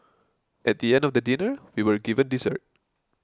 at the end of dinner we were given dessert